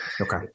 Okay